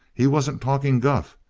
he wasn't talking guff.